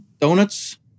donuts